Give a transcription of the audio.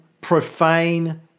profane